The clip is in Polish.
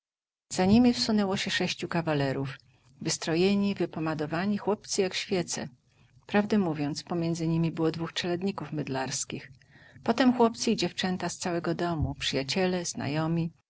za niemi wsunęło się sześciu kawalerów wystrojeni wypomadowani chłopcy jak świece prawdę mówiąc pomiędzy nimi było dwóch czeladników mydlarskich potem chłopcy i dziewczęta z całego domu przyjaciele znajomi